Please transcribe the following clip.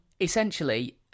essentially